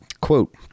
Quote